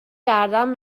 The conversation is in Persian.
گردن